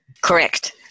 Correct